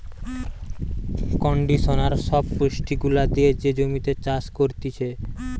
conditioner সব পুষ্টি গুলা দিয়ে যে জমিতে চাষ করতিছে